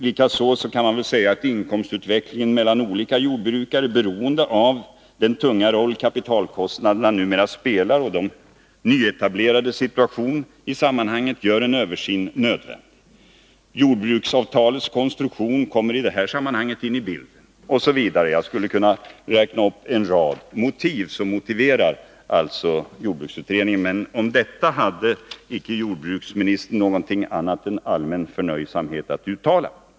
Likaså kan man väl säga att inkomstutvecklingen mellan olika jordbrukare beroende på den tunga roll kapitalkostnaderna numera spelar för de nyetablerades situation gör en översyn nödvändig. Jordbruksavtalets konstruktion kommer i det här sammanhanget in i bilden, osv. Jag skulle kunna räkna upp en rad motiv för jordbruksutredningen. Men om detta hade jordbruksministern icke något annat än allmän förnöjsamhet att uttala.